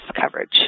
coverage